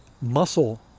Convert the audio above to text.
muscle